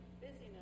Busyness